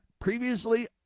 Previously